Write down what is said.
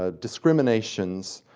ah discriminations,